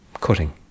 cutting